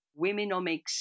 Womenomics